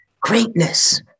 Greatness